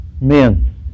men